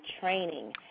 training